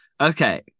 Okay